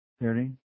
thirty